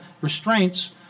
restraints